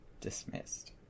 dismissed